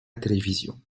télévision